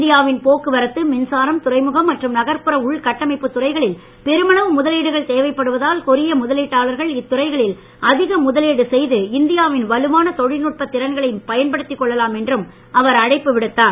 இந்தியாவின் போக்குவரத்து மின்சாரம் துறைமுகம் மற்றும் நகர்புற உள்கட்டமைப்பு துறைகளில் பெருமளவு முதலீடுகள் தேவைப்படுவதால் கொரிய முதலீட்டாளர்கள் இத்துறைகளில் அதிக முதலீடு செய்து இந்தியாவின் வலுவான தொழிற்நுட்ப திறன்களை பயன்படுத்தி கொள்ளலாம் என்றும் அவர் அழைப்பு விடுத்தார்